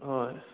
ꯍꯣꯏ